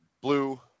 blue